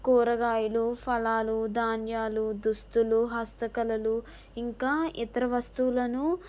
కూరగాయలు ఫలాలు ధాన్యాలు దుస్తులు హస్తకళలు ఇంకా ఇతర వస్తువులను